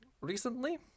recently